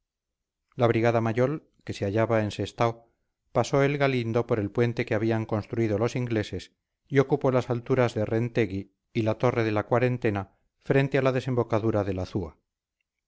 la brigada mayol que se hallaba en sestao pasó el galindo por el puente que habían construido los ingleses y ocupó las alturas de rentegui y la torre de la cuarentena frente a la desembocadura del azúa